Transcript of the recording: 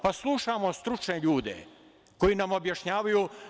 Pa slušamo stručne ljude koji nam objašnjavaju.